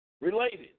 related